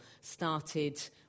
started